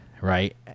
Right